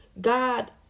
God